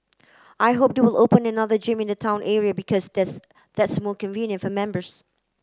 I hope they'll open another gym in the town area because that's that's more convenient for members